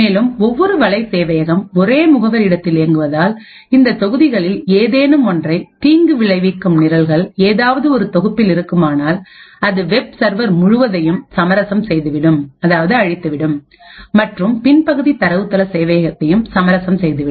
மேலும் ஒவ்வொரு வலை சேவையகம் ஒரே முகவரி இடத்தில் இயங்குவதால் இந்ததொகுதிகளில் ஏதேனும் ஒற்றை தீங்கு விளைவிக்கும் நிரல்கள் ஏதாவது ஒரு தொகுப்பில் இருக்குமானால் அது வெப் சர்வர் முழுவதையும் சமரசம் செய்து விடும் அதாவது அழித்துவிடும் மற்றும் பின்பகுதி தரவுத்தள சேவையகத்தையும் சமரசம் செய்து விடும்